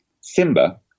Simba